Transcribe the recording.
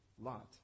Lot